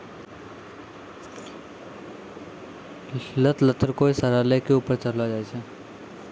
लत लत्तर कोय सहारा लै कॅ ऊपर चढ़ैलो जाय छै